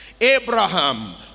abraham